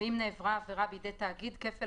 ואם נעברה העבירה בידי תאגיד כפל